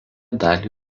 dalį